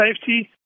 safety